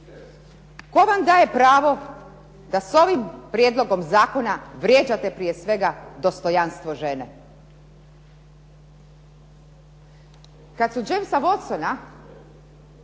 Tko vam daje pravo da s ovim prijedlogom zakona vrijeđate prije svega dostojanstvo žene? Kad su Jamesa Watsona,